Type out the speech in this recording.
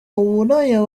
uburaya